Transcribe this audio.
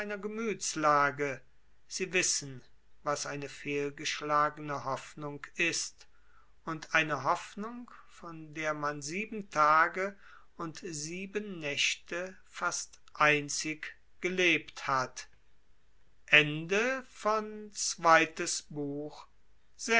gemütslage sie wissen was eine fehlgeschlagene hoffnung ist und eine hoffnung von der man sieben tage und sieben nächte fast einzig gelebt hat